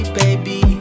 baby